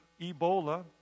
Ebola